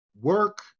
work